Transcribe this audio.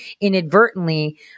inadvertently